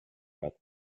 got